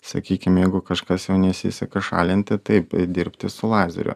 sakykim jeigu kažkas jau nesiseka šalinti taip dirbti su lazeriu